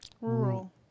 Rural